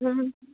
ꯎꯝ